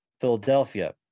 Philadelphia